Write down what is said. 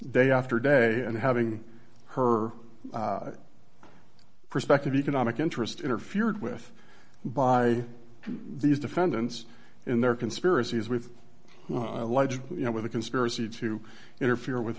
day after day and having her perspective economic interest interfered with by these defendants in their conspiracies with alleged you know with a conspiracy to interfere with